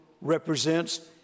represents